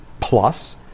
plus